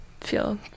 feel